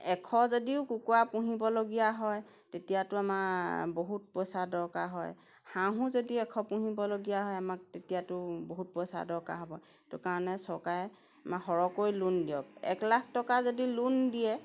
এশ যদিও কুকুৰা পুহিবলগীয়া হয় তেতিয়াতো আমাৰ বহুত পইচা দৰকাৰ হয় হাঁহো যদি এশ পুহিবলগীয়া হয় আমাক তেতিয়াতো বহুত পইচা দৰকাৰ হ'ব সেইটো কাৰণে চৰকাৰে আমাক সৰহকৈ লোন দিয়ক এক লাখ টকা যদি লোন দিয়ে